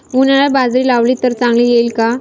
उन्हाळ्यात बाजरी लावली तर चांगली येईल का?